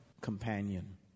companion